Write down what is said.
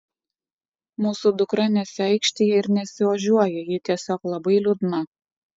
mūsų dukra nesiaikštija ir nesiožiuoja ji tiesiog labai liūdna